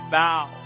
bow